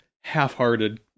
half-hearted